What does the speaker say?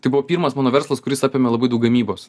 tai buvo pirmas mano verslas kuris apėmė labai daug gamybos